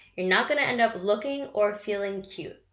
you're not gonna end up looking or feeling cute,